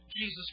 Jesus